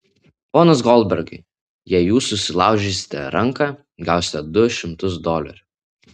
ponas goldbergai jei jūs susilaužysite ranką gausite du šimtus dolerių